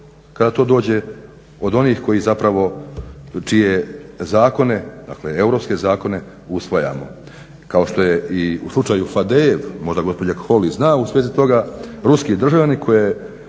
kada to dođe od onih koji zapravo, čije zakone, dakle europske zakone usvajamo. Kao što je i u slučaju Fadejev, možda gospođa Holy zna u svezi tuga, ruski državnik koji je